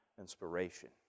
inspiration